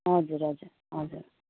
हजुर हजुर हजुर